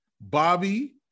Bobby